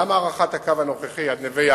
אגב, גם הארכת הקו הנוכחי עד נווה-יעקב